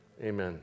Amen